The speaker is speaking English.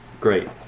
great